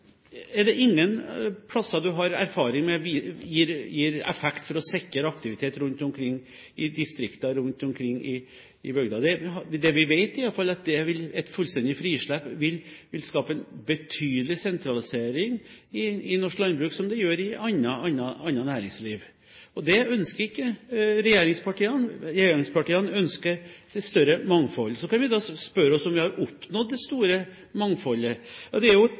ingen steder man har erfaring med at det gir en effekt som sikrer aktivitet rundt omkring i distriktene, rundt omkring i bygder. Det vi vet, er at et fullstendig frislipp vil skape en betydelig sentralisering i norsk landbruk, som det gjør i annet næringsliv. Det ønsker ikke regjeringspartiene, regjeringspartiene ønsker et større mangfold. Så kan vi spørre oss om vi har oppnådd det store mangfoldet. Ja, det er jo